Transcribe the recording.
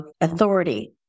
authority